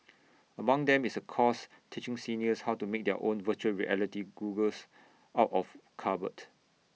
among them is A course teaching seniors how to make their own Virtual Reality goggles out of cardboard